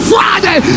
Friday